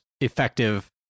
effective